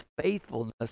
faithfulness